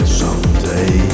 someday